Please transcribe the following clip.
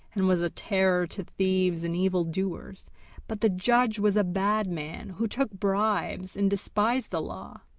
and was a terror to thieves and evildoers but the judge was a bad man, who took bribes, and despised the law.